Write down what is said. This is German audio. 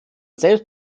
selbst